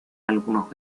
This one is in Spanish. algunos